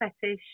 fetish